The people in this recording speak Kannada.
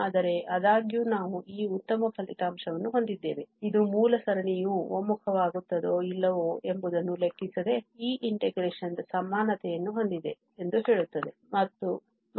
ಆದರೆ ಆದಾಗ್ಯೂ ನಾವು ಈ ಉತ್ತಮ ಫಲಿತಾಂಶವನ್ನು ಹೊಂದಿದ್ದೇವೆ ಇದು ಮೂಲ ಸರಣಿಯು ಒಮ್ಮುಖ ವಾಗುತ್ತದೋ ಇಲ್ಲವೋ ಎಂಬುದನ್ನು ಲೆಕ್ಕಿಸದೆ ಈ integration ದ ಸಮಾನತೆಯನ್ನು ಹೊಂದಿದೆ ಎಂದು ಹೇಳುತ್ತದೆ